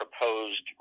proposed